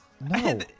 no